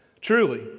Truly